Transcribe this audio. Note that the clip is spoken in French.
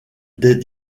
des